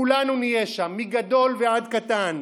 כולנו נהיה שם, מגדול ועד קטן.